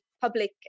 public